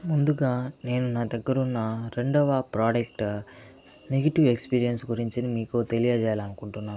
ముందుగా నేను నా దగ్గర ఉన్న రెండవ ప్రోడక్ట్ నెగటివ్ ఎక్స్పీరియన్స్ గురించి నేను మీకు తెయజేయాలనుకుంటున్నా